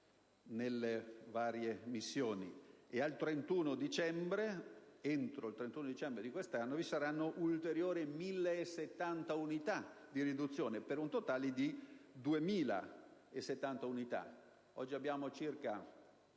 nelle varie missioni ed entro il 31 dicembre di quest'anno vi saranno ulteriori 1.070 unità di riduzione, per un totale di 2.070 unità. Oggi abbiamo circa